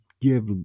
give